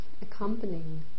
accompanying